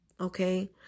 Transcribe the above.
Okay